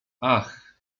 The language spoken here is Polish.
ach